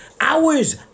hours